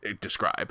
describe